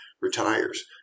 retires